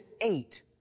eight